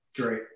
Great